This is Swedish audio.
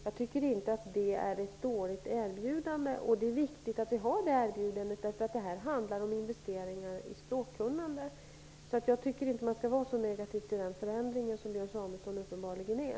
Jag tycker inte att det är ett dåligt erbjudande. Det är viktigt att vi har det erbjudandet. Det handlar om investeringar i språkkunnande. Jag tycker inte att man skall vara så negativ till den förändringen som Björn Samuelson uppenbarligen är.